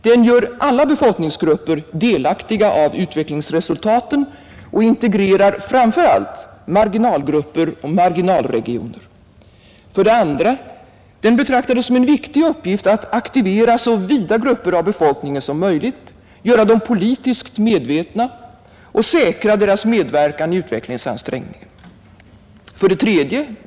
Den gör alla befolkningsgrupper delaktiga av utvecklingsresultaten och integrerar framför allt marginalgrupper och marginalregioner. 2. Den betraktar det som en viktig uppgift att aktivera så vida grupper av befolkningen som möjligt, göra dem politiskt medvetna och säkra deras medverkan i utvecklingsansträngningen. 3.